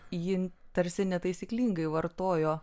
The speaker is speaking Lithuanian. jintarsi netaisyklingai vartojo